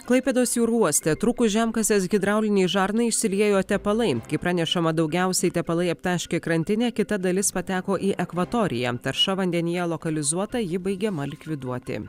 klaipėdos jūrų uoste trūkus žemkasės hidraulinei žarnai išsiliejo tepalai kaip pranešama daugiausiai tepalai aptaškė krantinę kita dalis pateko į akvatoriją tarša vandenyje lokalizuota ji baigiama likviduoti